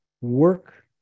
work